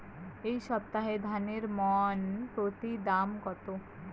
এই সপ্তাহে ধানের মন প্রতি দাম কত?